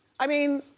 i mean.